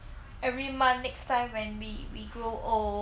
every month next time when we we grow old